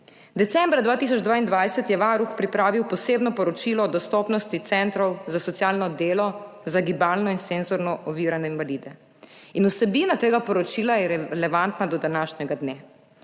Decembra 2022 je Varuh pripravil posebno poročilo o dostopnosti centrov za socialno delo za gibalno in senzorno ovirane invalide in vsebina tega poročila je relevantna do današnjega dne.